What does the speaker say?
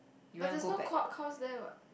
but there's no course~ course there what